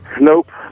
Nope